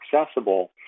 accessible